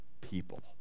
people